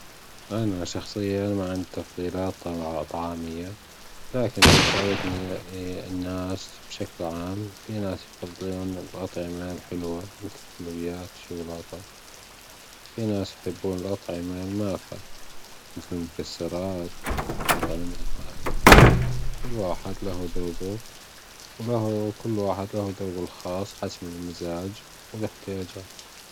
أنا شخصيا ما عندى تفضيلات طع طعامية لاكن لو سألتنى اا الناس بشكل عام فى ناس يفضلون الاطعمة الحلوه مثل الحلويات والشوكولاتة وفى ناس يحبون الاطعمة المالحة مثل المكثرات والاطعمه المملحة كل واحد له ذووقة كل واحد له ذوقة الخاص حسب المزاج والاحتياجات